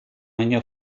año